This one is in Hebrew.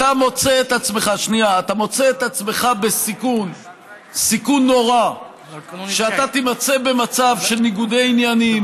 אתה מוצא את עצמך בסיכון נורא שאתה תימצא במצב של ניגודי עניינים,